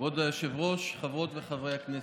כבוד היושב-ראש, חברות וחברי הכנסת,